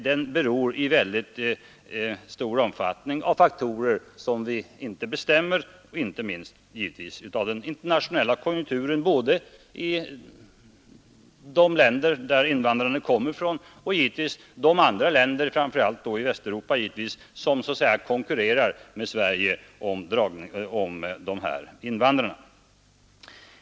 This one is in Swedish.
Den beror i mycket hög grad på faktorer som vi inte bestämmer, inte minst givetvis av den internationella konjunkturen både i de länder invandrarna kommer ifrån och i de länder, framför allt i Västeuropa, som så att säga konkurrerar med Sverige om dessa invandrare.